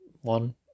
one